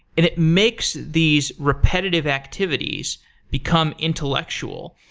it makes these repetitive activities become intellectual.